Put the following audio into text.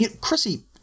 Chrissy